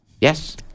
Yes